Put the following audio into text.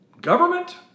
Government